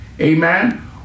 Amen